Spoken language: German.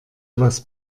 was